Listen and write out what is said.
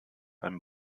einem